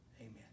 Amen